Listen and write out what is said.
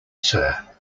sir